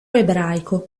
ebraico